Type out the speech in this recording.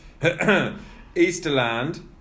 Easterland